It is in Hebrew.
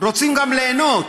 רוצים גם ליהנות,